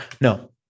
No